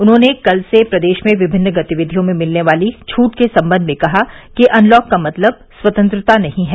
उन्होंने कल से प्रदेश में विभिन्न गतिविधियों में मिलने वाली छट के सम्बंध में कहा कि अनलॉक का मतलब स्वतंत्रता नहीं है